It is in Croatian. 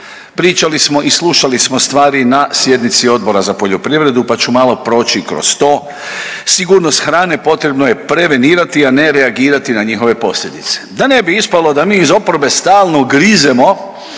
pričali smo i slušali smo stvari na sjednici Odbora za poljoprivredu, pa ću malo proći i kroz to. Sigurnost hrane potrebno je prevenirati, a ne reagirati na njihove posljedice. Da ne bi ispalo da mi iz oporbe stalno grizemo